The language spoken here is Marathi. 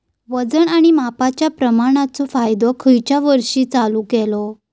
वजन आणि मापांच्या प्रमाणाचो कायदो खयच्या वर्षी चालू केलो?